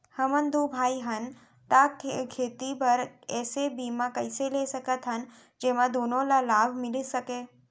हमन दू भाई हन ता खेती बर ऐसे बीमा कइसे ले सकत हन जेमा दूनो ला लाभ मिलिस सकए?